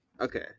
Okay